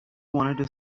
wanted